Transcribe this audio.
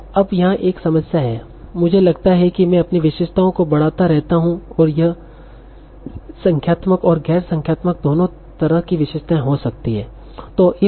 अब यहाँ एक समस्या है मुझे लगता है कि मैं अपनी विशेषताओं को बढ़ाता रहता हूं यह संख्यात्मक और गैर संख्यात्मक दोनों तरह की विशेषताएं हो सकती हैं